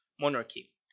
monarchy